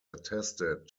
attested